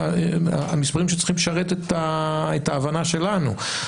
המספרים שצריכים לשרת את ההבנה שלנו.